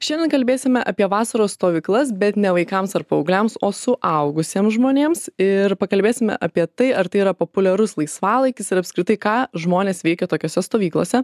šiandien kalbėsime apie vasaros stovyklas bet ne vaikams ar paaugliams o suaugusiem žmonėms ir pakalbėsime apie tai ar tai yra populiarus laisvalaikis ir apskritai ką žmonės veikia tokiose stovyklose